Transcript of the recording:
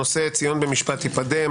הנושא ציון במשפט תיפדה.